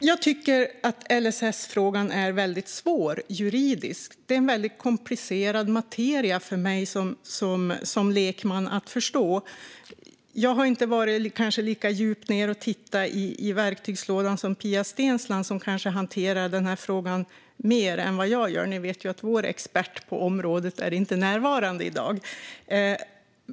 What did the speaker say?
Jag tycker att LSS-frågan är svår juridiskt. Det är komplicerad materia för mig som lekman att förstå. Jag har kanske inte tittat lika djupt ned i verktygslådan som Pia Steensland, som kanske hanterar denna fråga mer än vad jag gör. Ni vet ju att vår expert på området inte är närvarande i dag.